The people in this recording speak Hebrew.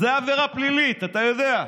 זו עבירה פלילית, אתה יודע.